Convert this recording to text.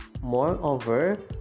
Moreover